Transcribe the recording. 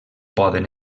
poden